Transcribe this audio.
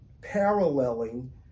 paralleling